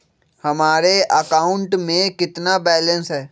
हमारे अकाउंट में कितना बैलेंस है?